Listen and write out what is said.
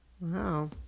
Wow